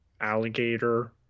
alligator